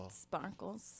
sparkles